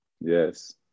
Yes